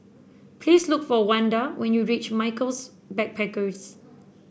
please look for Wanda when you reach Michaels Backpackers